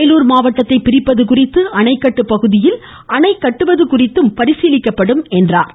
வேலூர் மாவட்டத்தை பிரிப்பது குறித்து அணைகட்டு பகுதியில் அணை கட்டுவது குறித்தும் பரிசீலிக்கப்படும் என்றார்